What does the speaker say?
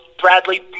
Bradley